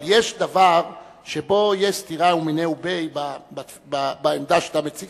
אבל יש דבר שבו יש סתירה מיניה וביה בעמדה שאתה מציג,